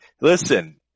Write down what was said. listen